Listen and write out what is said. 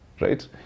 right